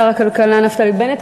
שר הכלכלה נפתלי בנט,